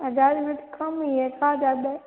हज़ार रूपये तो कम ही है कहाँ ज़्यादा है